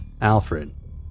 Alfred